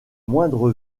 moindre